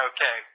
Okay